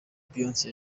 beyonce